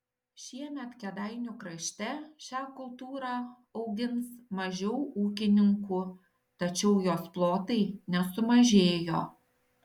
šiemet kėdainių krašte šią kultūrą augins mažiau ūkininkų tačiau jos plotai nesumažėjo